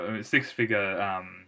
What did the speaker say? Six-figure